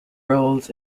roles